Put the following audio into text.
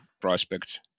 prospects